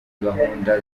gahunda